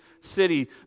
city